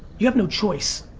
you have no choice.